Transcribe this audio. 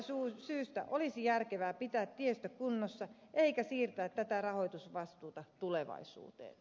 tästä syystä olisi järkevää pitää tiestö kunnossa eikä siirtää tätä rahoitusvastuuta tulevaisuuteen